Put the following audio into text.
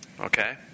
Okay